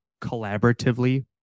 collaboratively